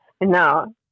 No